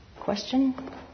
question